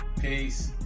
Peace